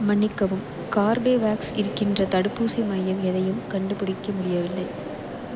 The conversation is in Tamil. மன்னிக்கவும் கார்பேவேக்ஸ் இருக்கின்ற தடுப்பூசி மையம் எதையும் கண்டுபிடிக்க முடியவில்லை